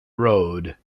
road